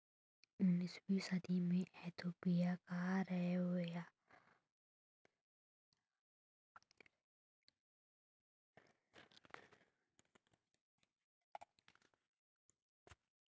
उन्नीसवीं सदी में इथोपिया का रवैया कॉफ़ी के लिए नरम हो गया